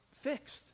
fixed